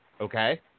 Okay